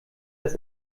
das